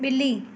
ॿिली